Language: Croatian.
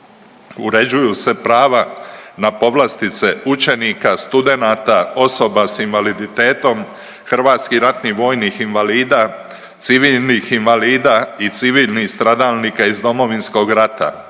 Uređuju se prava na povlastice učenika, studenata, osoba s invaliditetom, HRVI-a, civilnih invalida i civilnih stradalnika iz Domovinskog rata,